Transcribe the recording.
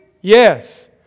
Yes